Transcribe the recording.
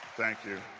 thank you.